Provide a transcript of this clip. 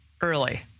early